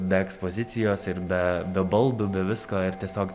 be ekspozicijos ir be be baldų be visko ir tiesiog